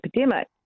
epidemic